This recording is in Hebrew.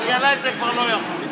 כי עליי זה כבר לא יחול.